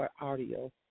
audio